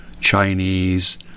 Chinese